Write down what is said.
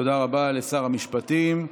תודה רבה לשר המשפטים.